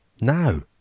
now